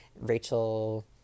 Rachel